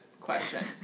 question